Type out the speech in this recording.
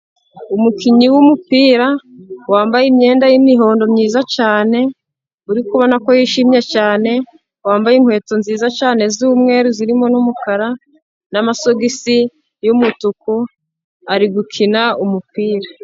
Umukinnyi w'umupira wambaye imyenda yimihondo myiza cyane. Uri kubona ko yishimye cyane, wambaye inkweto nziza cyane zumweru, zirimo n'umukara, n'amasogisi yumutuku, ari gukina umupira.